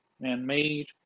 man-made